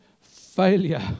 failure